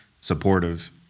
supportive